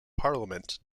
parliament